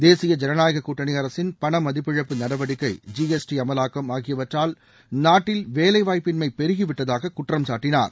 தேசிய ஜனநாயகக் கூட்டணி அரசின் பணமதிப்பிழப்பு நடவடிக்கை ஜிஎஸ்டி அமலாக்கம் ஆகியவற்றால் நாட்டில் வேலைவாய்ப்பின்மை பெருகிவிட்டதாக குற்றம்சாட்டினார்